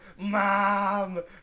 Mom